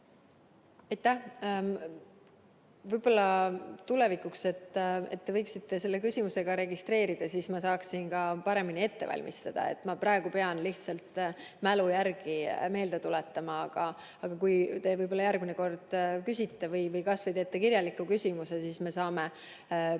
Aitäh! Võib-olla tulevikus te võiksite selle küsimuse ka registreerida, siis ma saaksin paremini ette valmistada. Praegu pean lihtsalt mälu järgi meelde tuletama, aga kui te järgmine kord küsite või kas või teete kirjaliku küsimuse, siis me saame panna